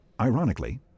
Ironically